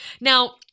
Now